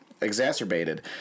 exacerbated